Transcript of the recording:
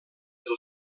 del